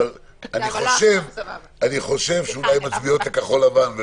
אבל אני חושב שאולי הן מצביעות לכחול לבן.